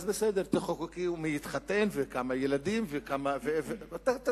בסדר, תחוקקו עם מי להתחתן וכמה ילדים, תחוקקו,